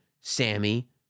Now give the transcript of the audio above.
Sammy